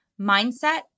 mindset